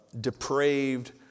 depraved